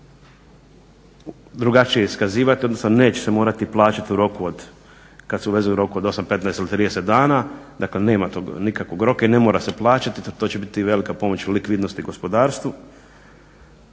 drugačije iskazivati, odnosno neće se morati plaćati u roku od, kad se uvoze u roku od 8, 15 ili 30 dana, dakle nema tog nikakvog roka i ne mora se plaćati, to će biti velika pomoć likvidnosti gospodarstvu,